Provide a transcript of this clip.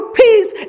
peace